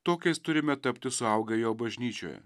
tokiais turime tapti suaugę jo bažnyčioje